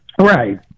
Right